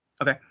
Okay